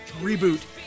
reboot